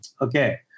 Okay